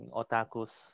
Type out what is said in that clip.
otakus